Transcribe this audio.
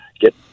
get